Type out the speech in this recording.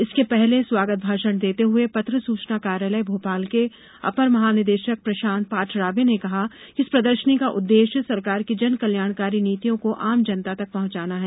इसके पहले स्वागत भाषण देते हुए पत्र सूचना कार्यालय भोपाल के अपर महानिदेशक प्रशांत पाठरावे ने कहा कि इस प्रदर्शनी का उद्देश्य सरकार की जन कल्याणकारी नीतियों को आम जनता तक पहुंचाना है